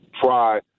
try